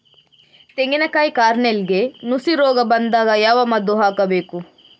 ತೆಂಗಿನ ಕಾಯಿ ಕಾರ್ನೆಲ್ಗೆ ನುಸಿ ರೋಗ ಬಂದಾಗ ಯಾವ ಮದ್ದು ಹಾಕಬೇಕು?